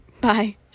Bye